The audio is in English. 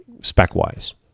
spec-wise